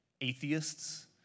atheists